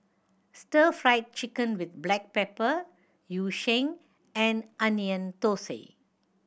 Stir Fried Chicken with black pepper Yu Sheng and Onion Thosai